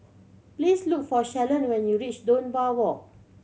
please look for Shalon when you reach Dunbar Walk